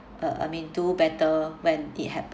uh I mean do better when it happen